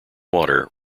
water